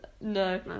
No